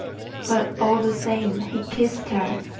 but all the same he kissed her.